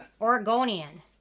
oregonian